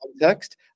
context